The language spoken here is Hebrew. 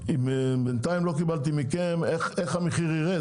בינתיים לא קיבלתי מכם איך המחיר יירד